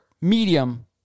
medium